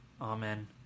Amen